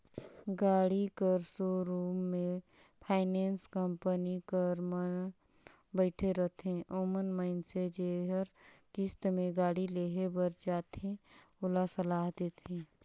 गाड़ी कर सोरुम में फाइनेंस कंपनी कर मन बइठे रहथें ओमन मइनसे जेहर किस्त में गाड़ी लेहे बर जाथे ओला सलाह देथे